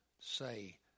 say